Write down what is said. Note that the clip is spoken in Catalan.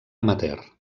amateur